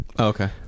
okay